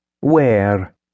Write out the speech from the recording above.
Where